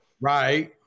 Right